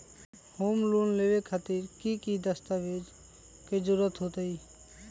Home loan लेबे खातिर की की दस्तावेज के जरूरत होतई?